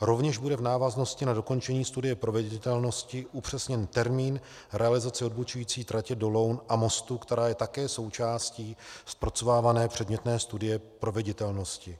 Rovněž bude v návaznosti na dokončení studie proveditelnosti upřesněn termín realizace odbočující trati do Loun a Mostu, která je také součástí zpracovávané předmětné studie proveditelnosti.